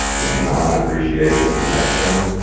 you know, non-appreciation connection?